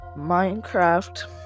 Minecraft